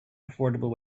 affordable